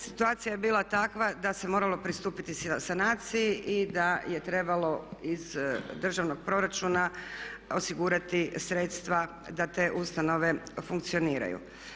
Situacija je bila takva da se moralo pristupiti sanaciji i da je trebalo iz državnog proračuna osigurati sredstva da te ustanove funkcioniraju.